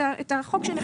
את החוק שנחקק.